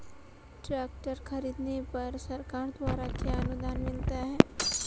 Tractor खरीदने पर सरकार द्वारा क्या अनुदान मिलता है?